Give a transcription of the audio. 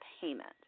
payment